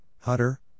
Hutter